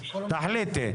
תחליטי.